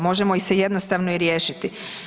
Možemo ih se jednostavno i riješiti.